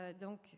donc